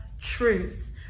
truth